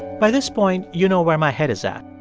by this point, you know where my head is at.